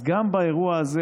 אז גם באירוע הזה,